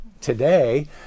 Today